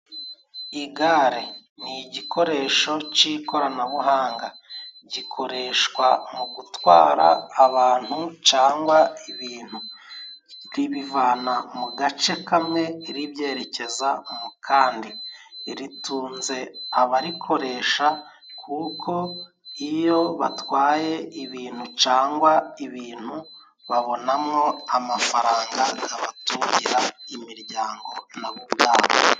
Igare ni igikoresho c'ikoranabuhanga gikoreshwa mu gutwara abantu cangwa ibintu ribivana mu gace kamwe ribyerekeza mu kandi， ritunze abarikoresha kuko iyo batwaye ibintu cangwa ibintu babonamo amafaranga gabatugira imiryango nabo ubwabo.